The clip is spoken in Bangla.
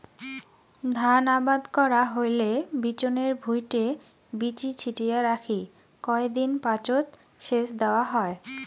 ধান আবাদ করা হইলে বিচনের ভুঁইটে বীচি ছিটিয়া রাখি কয় দিন পাচত সেচ দ্যাওয়া হয়